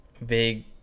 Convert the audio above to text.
vague